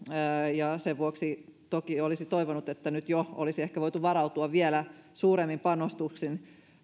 ja sen vuoksi toki olisi toivonut että nyt jo olisi ehkä voitu varautua vielä suuremmin panostuksin